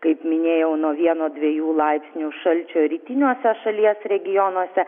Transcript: kaip minėjau nuo vieno dviejų laipsnių šalčio rytiniuose šalies regionuose